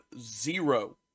zero